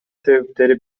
себептери